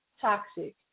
toxic